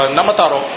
Namataro